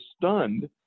stunned